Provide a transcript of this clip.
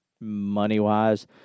money-wise